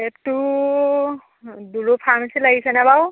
এইটো দুলু ফাৰ্মাছিত লাগিছেনে বাৰু